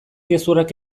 gezurrak